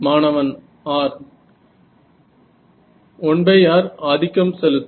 மாணவன் r 1r ஆதிக்கம் செலுத்தும்